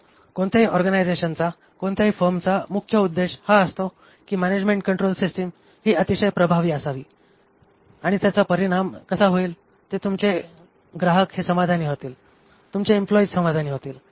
तर कोणत्याही ऑर्गनायझेशनचा कोणत्याही फर्मचा मुख्य उद्देश हा असतो की मॅनेजमेंट कंट्रोल सिस्टीम ही अतिशय प्रभावी असावी त्याचा परिणाम असा होईल की तुमचे ग्राहक हे समाधानी होतील तुमचे एम्प्लॉयीज समाधानी होतील